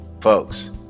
Folks